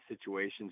situations